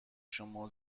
شما